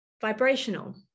vibrational